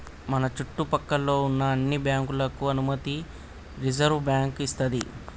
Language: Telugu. మన చుట్టు పక్కల్లో ఉన్న అన్ని బ్యాంకులకు అనుమతి రిజర్వుబ్యాంకు ఇస్తది